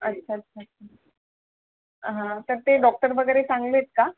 अच्छा अच्छा अच्छा हां तर ते डॉक्टर वगैरे चांगले आहेत का